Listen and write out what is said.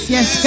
Yes